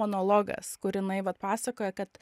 monologas kur jinai vat pasakoja kad